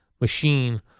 machine